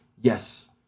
Yes